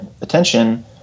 attention